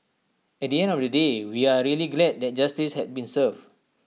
at the end of the day we are really glad that justice had been served